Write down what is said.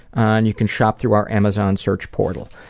and you can shop through our amazon search portal.